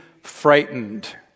frightened